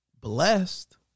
blessed